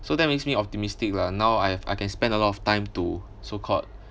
so that makes me optimistic lah now I have I can spend a lot of time to so called